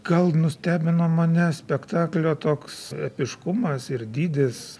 gal nustebino mane spektaklio toks epiškumas ir dydis